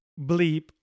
bleep